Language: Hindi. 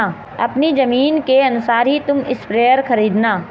अपनी जमीन के अनुसार ही तुम स्प्रेयर खरीदना